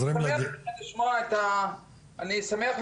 אני רוצה לקדם מאות